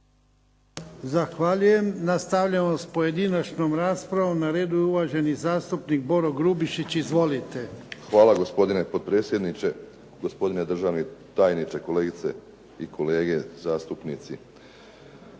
Zahvaljujem. Nastavljamo sa pojedinačnom raspravom. Na redu je uvaženi zastupnik Boro Grubišić izvolite. **Grubišić, Boro (HDSSB)** Hvala gospodine potpredsjedniče, gospodine državni tajniče, kolegice i kolege zastupnici.